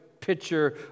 picture